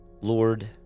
lord